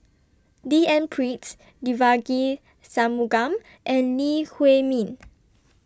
D N Pritt Devagi Sanmugam and Lee Huei Min